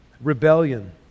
rebellion